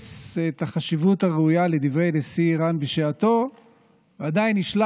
ייחס את החשיבות הראויה לדברי נשיא איראן בשעתו ועדיין השלה